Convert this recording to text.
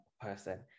person